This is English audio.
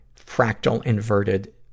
fractal-inverted